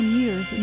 years